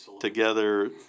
together